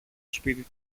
σπίτι